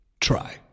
Try